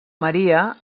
maria